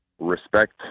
respect